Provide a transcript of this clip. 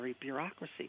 bureaucracy